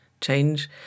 change